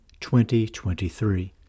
2023